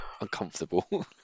Uncomfortable